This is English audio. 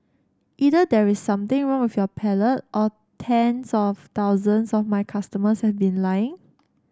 either there is something wrong with your palate or tens of thousands of my customers have been lying